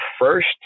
first